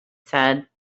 said